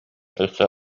өссө